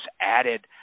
added